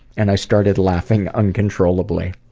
and i started laughing uncontrollably.